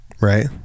right